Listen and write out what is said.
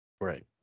Right